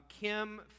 Kim